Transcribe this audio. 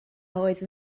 oedd